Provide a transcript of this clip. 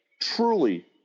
truly